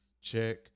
check